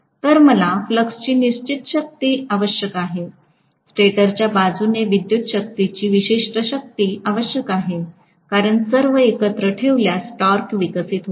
तर मला फ्लक्सची निश्चित शक्ती आवश्यक आहे स्टेटरच्या बाजूने विद्युत् शक्तीची विशिष्ट शक्ती आवश्यक आहे कारण सर्व एकत्र ठेवल्यास टॉर्क विकसित होईल